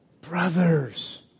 brothers